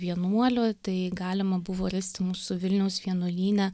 vienuolių tai galima buvo rasti mūsų vilniaus vienuolyne